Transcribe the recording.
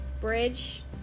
bridge